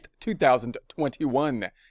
2021